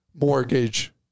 mortgage